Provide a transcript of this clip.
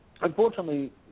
Unfortunately